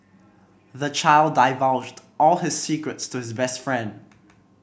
the child divulged all his secrets to his best friend